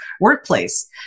workplace